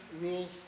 rules